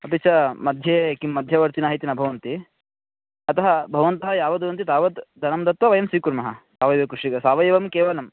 अपि च मध्ये किं मध्यवर्तिनः इति न भवन्ति अतः भवन्तः यावत् वदन्ति तावत् धनं दत्वा वयं स्वीकुर्मः सावयवकृषिः सावयवं केवलं